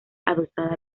adosada